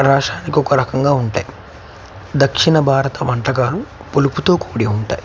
రాష్ట్రానికి ఒక రకంగా ఉంటాయి దక్షిణ భారత వంటకాాలు పులుపుతో కూడి ఉంటాయి